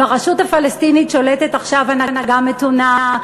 ברשות הפלסטינית שולטת עכשיו הנהגה מתונה.